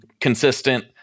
consistent